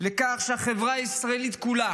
לכך שהחברה הישראלית כולה